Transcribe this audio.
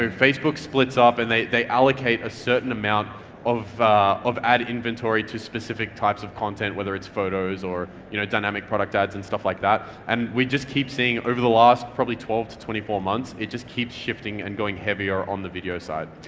facebook splits up and they they allocate a certain amount of of ad inventory to specific types of content, whether it's photos or you know dynamic product ads and stuff like that. and we just keep seeing over the last probably twelve to twenty four months, it just keeps shifting and going heavier on the video side.